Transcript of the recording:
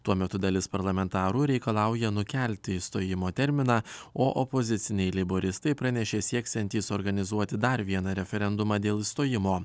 tuo metu dalis parlamentarų reikalauja nukelti išstojimo terminą o opoziciniai leiboristai pranešė sieksiantys organizuoti dar vieną referendumą dėl išstojimo